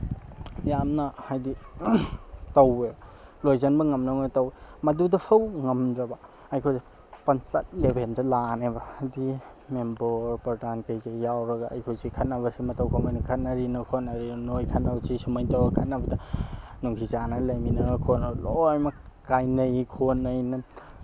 ꯌꯥꯝꯅ ꯍꯥꯏꯕꯗꯤ ꯇꯧꯏ ꯂꯣꯏꯁꯤꯟꯕ ꯉꯝꯅꯕ ꯇꯧꯏ ꯃꯗꯨꯗꯐꯥꯎ ꯉꯝꯗ꯭ꯔꯕ ꯑꯩꯈꯣꯏꯁꯦ ꯄꯟꯆꯥꯌꯠ ꯂꯦꯕꯦꯜꯗ ꯂꯥꯛꯑꯅꯦꯕ ꯍꯥꯏꯕꯗꯤ ꯃꯦꯝꯕꯣꯔ ꯄ꯭ꯔꯗꯥꯟ ꯀꯩꯀꯩ ꯌꯥꯎꯔꯒ ꯑꯩꯈꯣꯏꯁꯦ ꯈꯠꯅꯕꯁꯦ ꯃꯇꯧ ꯀꯃꯥꯏꯅ ꯈꯠꯅꯔꯤꯅꯣ ꯈꯣꯠꯅꯔꯤꯅꯣ ꯅꯣꯏ ꯈꯠꯅꯕꯁꯤ ꯁꯨꯃꯥꯏꯅ ꯇꯧꯔꯒ ꯈꯠꯅꯕꯗ ꯅꯨꯡꯁꯤ ꯆꯥꯅꯅ ꯂꯩꯃꯤꯟꯅꯔꯣ ꯈꯣꯠꯅꯕ ꯂꯣꯏꯃꯛ ꯀꯥꯏꯅꯩ ꯈꯣꯠꯅꯩ